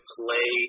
play